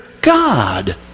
God